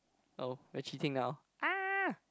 oh we're cheating now ah